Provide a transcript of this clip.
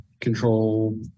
control